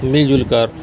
مل جل کر